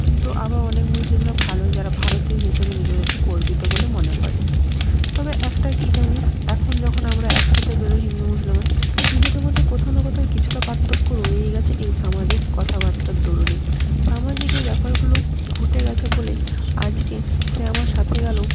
কিন্তু আবার অনেক মুসলিমরা ভালো যারা ভারতীয় হিসেবে নিজেদেরকে গর্বিত বলে মনে করে তবে একটা কি জানিস এখন যখন আমরা একসাসাথে বেরোই হিন্দু মুসলিমে নিজেদের মধ্যে কোথাও না কোথাও কিছুটা পার্থক্য রয়েই গেছে এই সামাজিক কথাবার্তার দরুনে সামাজিক এই ব্যাপারগুলো ঘটে গেছে বলেই আজকে সে আমার সাথে গেলেও